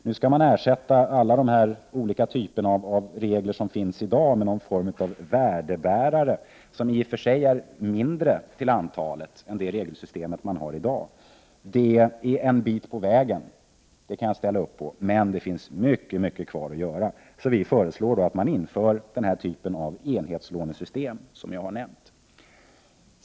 Man vill nu ersätta alla de olika regler som finns i dag med någon form av värdebärare, vilka i och för sig är färre än de regler vi har i dag. Jag medger att man går en bit på vägen, men det finns åtskilligt kvar att göra. Vi föreslår därför den typ av enhetslånesystem som jag här nämnt.